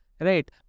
right